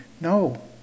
No